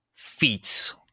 feats